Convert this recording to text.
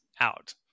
out